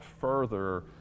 further